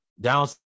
down